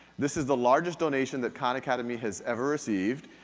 this is the largest donation that khan academy has ever received.